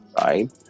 right